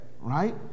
Right